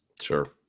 Sure